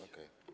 Okej.